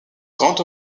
grand